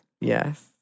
Yes